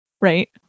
right